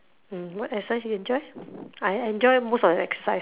mm what exercise you enjoy I enjoy most of the exercise